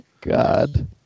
God